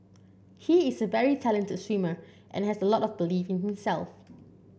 he is very talented swimmer and has a lot of belief in himself